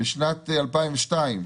שבשנת 2002,